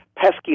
pesky